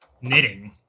knitting